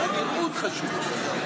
הנראות חשובה.